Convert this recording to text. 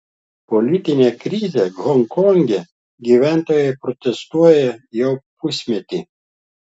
politinė krizė honkonge gyventojai protestuoja jau pusmetį